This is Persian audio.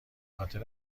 خاطر